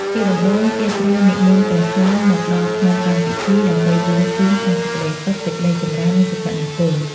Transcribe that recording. ជាដំបូងគេត្រូវនិមន្តព្រះសង្ឃមកដល់ក្នុងកម្មពិធីដើម្បីបួងសួងសុំសេចក្ដីសុខ សេចក្ដីចម្រើន និងសុភមង្គល។